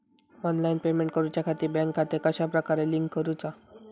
Online payment करुच्याखाती bank खाते कश्या प्रकारे लिंक करुचा?